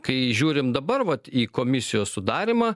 kai žiūrim dabar vat į komisijos sudarymą